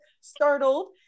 startled